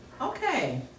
okay